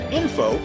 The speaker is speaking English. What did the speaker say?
info